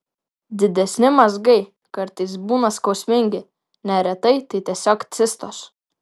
didesni mazgai kartais būna skausmingi neretai tai tiesiog cistos